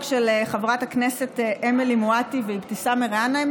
של חברות הכנסת אמילי מואטי ואבתיסאם מראענה.